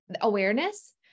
awareness